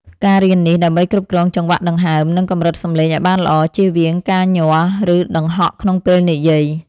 ការរៀននេះ ដើម្បីគ្រប់គ្រងចង្វាក់ដង្ហើម និងកម្រិតសំឡេងឱ្យបានល្អ ជៀសវាងការញ័រ ឬដង្ហក់ក្នុងពេលនិយាយ។